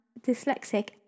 dyslexic